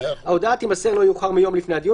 ההודעה תימסר לא יאוחר מיום לפני הדיון,